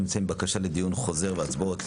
חקלאות,